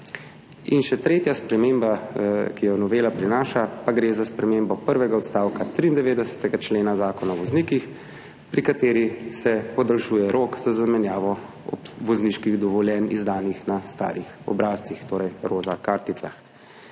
In še tretja sprememba, ki jo prinaša novela. Gre za spremembo prvega odstavka 93. člena Zakona o voznikih, pri kateri se podaljšuje rok za zamenjavo vozniških dovoljenj izdanih na starih obrazcih, torej na roza karticah.